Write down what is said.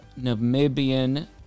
Namibian